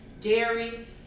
dairy